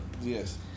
Yes